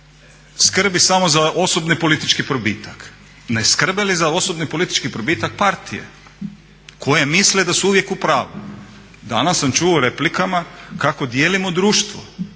skrbi samo za osobni politički probitak? Ne skrbe li za osobni politički probitak partije koje misle da su uvijek upravu? Danas sam čuo u replikama kako dijelimo društvo,